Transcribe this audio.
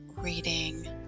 reading